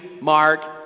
Mark